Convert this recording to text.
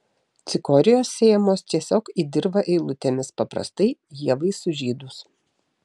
cikorijos sėjamos tiesiog į dirvą eilutėmis paprastajai ievai sužydus